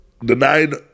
denied